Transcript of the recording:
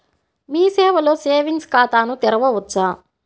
మీ సేవలో సేవింగ్స్ ఖాతాను తెరవవచ్చా?